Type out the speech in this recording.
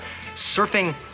surfing